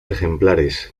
ejemplares